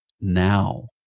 now